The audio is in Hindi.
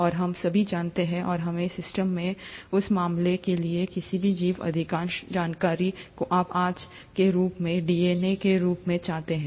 और हम सभी जानते हैं और हमारे सिस्टम में उस मामले के लिए किसी भी जीव अधिकांश जानकारी को आप आज के रूप में डीएनए के रूप में कहते हैं